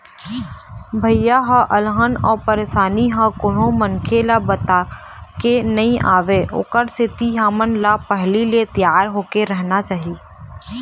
भइया हो अलहन अउ परसानी ह कोनो मनखे ल बताके नइ आवय ओखर सेती हमन ल पहिली ले तियार होके रहना चाही